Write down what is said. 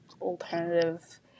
alternative